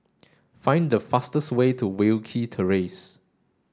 find the fastest way to Wilkie Terrace